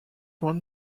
one